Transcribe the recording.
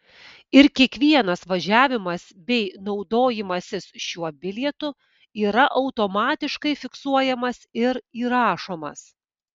ir kiekvienas važiavimas bei naudojimasis šiuo bilietu yra automatiškai fiksuojamas ir įrašomas